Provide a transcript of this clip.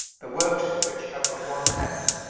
the works of which have but one hand,